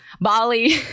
Bali